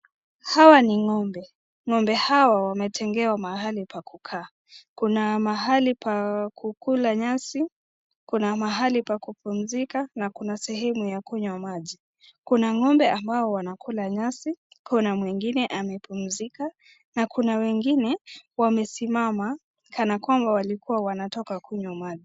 Hawa ni ngombe, ngombe hawa wametengewa mahali pa kukaa, kuna mahali pa kukula nyazi, kuna mahali pa kupunzika, na kuna sehemu ya kunywa maji. Kuna ng'ombe ambao wanakula nyazi, kuna mwingine amepumzika, na kuna wengine wamesimama kanakwamba walikuwa wanatoka kunywa maji.